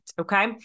Okay